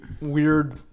weird